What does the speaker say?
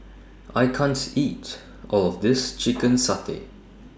I can't eat All of This Chicken Satay